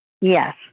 Yes